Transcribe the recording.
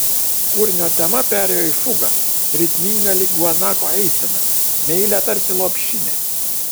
kūrinio tema perėjo į fugą ritmingą lyg guanako eisena meilią tarsi lopšinė